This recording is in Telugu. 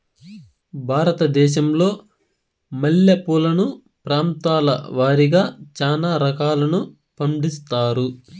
భారతదేశంలో మల్లె పూలను ప్రాంతాల వారిగా చానా రకాలను పండిస్తారు